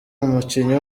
umukinnyi